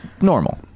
normal